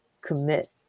commit